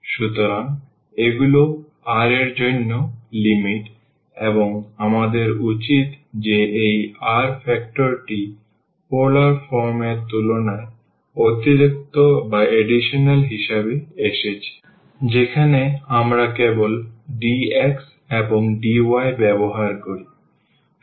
সুতরাং এগুলি r এর জন্য লিমিট এবং আমাদের জানা উচিত যে এই r ফ্যাক্টরটি পোলার ফর্ম এর তুলনায় অতিরিক্ত হিসাবে এসেছে যেখানে আমরা কেবল dx এবং dy ব্যবহার করি